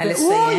נא לסיים.